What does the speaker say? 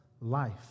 life